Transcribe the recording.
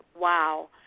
wow